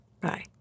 Bye